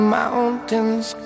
mountains